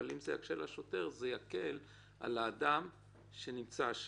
אבל אם זה יקשה על השוטר זה יקל על האדם שנמצא שם.